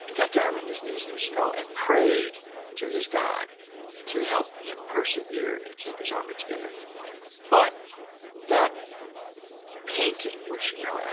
and got down on his knees in the snow and prayed to his god to help him persevere and keep his army together but that painting which, you know,